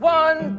one